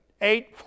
Eight